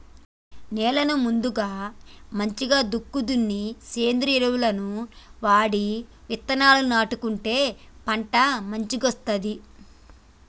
నేలను ముందుగా మంచిగ దుక్కి దున్ని సేంద్రియ ఎరువులను వాడి విత్తనాలను నాటుకుంటే పంట మంచిగొస్తది